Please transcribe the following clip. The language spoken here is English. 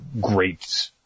great